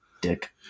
Dick